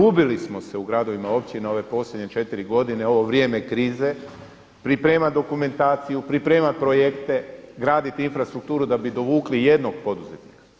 Ubili smo se u gradovima i općinama ove posljednje četiri godine ovo vrijeme krize pripremat dokumentaciju, pripremat projekte, graditi infrastrukturu da bi dovukli jednog poduzetnika.